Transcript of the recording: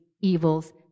evils